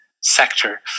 sector